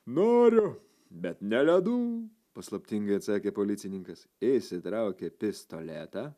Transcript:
noriu bet ne ledų paslaptingai atsakė policininkas išsitraukė pistoletą